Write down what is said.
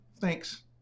thanks